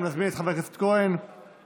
אני מזמין את חבר הכנסת אלי כהן להציג